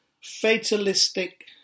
fatalistic